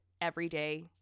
everyday